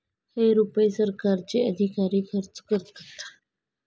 हे रुपये सरकारचे अधिकारी खर्च करतात